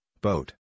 boat